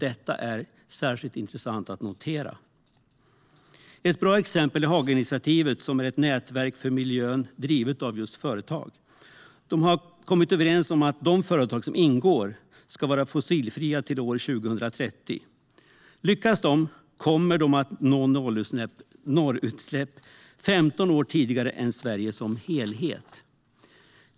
Detta är särskilt intressant att notera. Ett bra exempel är Hagainitiativet, som är ett nätverk för miljön drivet av just företag. De har kommit överens om att de företag som ingår ska vara fossilfria till år 2030. Lyckas de kommer de att nå nollutsläpp 15 år tidigare än Sverige som helhet.